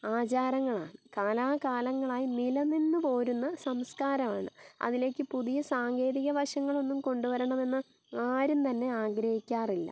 ആചാരങ്ങളാണ് കാലാകാലായി നിലനിന്ന് പോരുന്ന സംസ്കാരമാണ് അതിലേക്ക് പുതിയ സാങ്കേതിക വശങ്ങളൊന്നും കൊണ്ട് വരണമെന്ന് ആരും തന്നെ ആഗ്രഹിക്കാറില്ല